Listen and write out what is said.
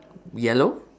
yellow